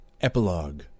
Epilogue